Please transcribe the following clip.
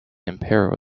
empower